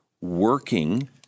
working—